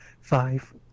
Five